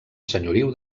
senyoriu